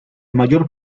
mayor